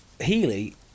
Healy